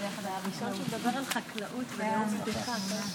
לא הייתי יכול לתאר את זה יותר טוב.